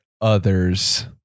others